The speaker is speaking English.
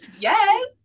Yes